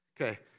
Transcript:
Okay